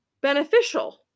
beneficial